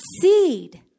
seed